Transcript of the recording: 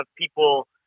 people